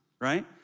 right